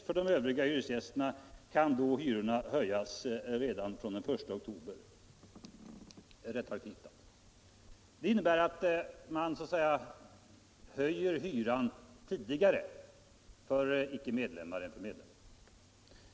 För de övriga hyresgästerna har då hyrorna höjts redan från 1 oktober, retroaktivt alltså.” Det innebär att man så att säga höjer hyran tidigare för icke-medlemmar än för medlemmar.